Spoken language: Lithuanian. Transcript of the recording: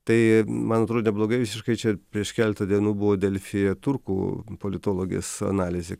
tai man atrodė blogai visiškai čia prieš keletą dienų buvo delfyje turkų politologės analizė